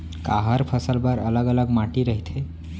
का हर फसल बर अलग अलग माटी रहिथे?